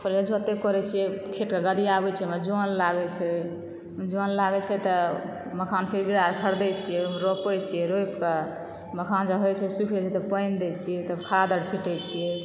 पहिले जोतै कोरै छियै खेत के गादियाबै छियै ओहिमे जॉन लागै छै जॉन लागै छै तऽ मखान फेर विरार ख़रीदै छियै रोपै छियै रोपि कऽ मखान जब होइ छै सुखि जाइ छै तब पानि दै छियै तब खाद आओर छिटै छियै